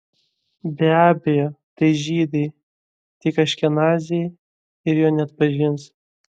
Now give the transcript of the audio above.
be abejo tai žydai tik aškenaziai ir jo neatpažins